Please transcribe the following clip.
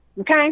Okay